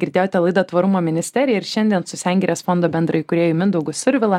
girdėjote laidą tvarumo ministerija ir šiandien su sengirės fondo bendraįkūrėju mindaugu survila